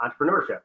entrepreneurship